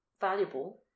valuable